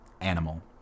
animal